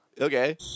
Okay